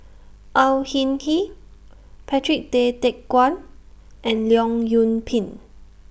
Au Hing Yee Patrick Tay Teck Guan and Leong Yoon Pin